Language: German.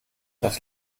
das